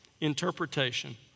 Interpretation